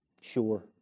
Sure